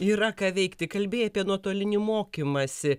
yra ką veikti kalbėjai apie nuotolinį mokymąsi